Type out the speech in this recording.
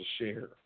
share